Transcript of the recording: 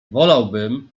wolałbym